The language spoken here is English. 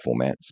formats